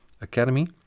Academy